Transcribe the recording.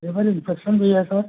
liver infection भी है sir